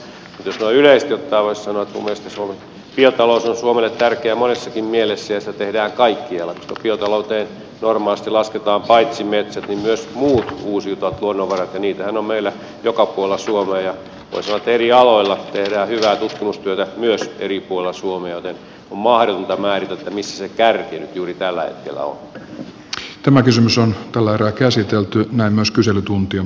mutta jos noin yleisesti ottaen voisi sanoa minun mielestäni biotalous on suomelle tärkeä monessakin mielessä ja sitä tehdään kaikkialla koska biotalouteen normaalisti lasketaan paitsi metsät myös muut uusiutuvat luonnonvarat ja niitähän on meillä joka puolella suomea ja voi sanoa eri aloilla tehdään hyvää tutkimustyötä myös eri puolilla suomea joten on mahdotonta määritellä missä se kärki nyt juuri tällä hetkellä on